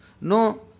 No